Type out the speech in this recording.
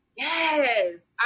Yes